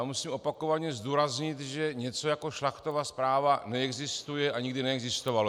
Musím opakovaně zdůraznit, že něco jako Šlachtova zpráva neexistuje a nikdy neexistovalo.